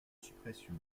suppression